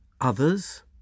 others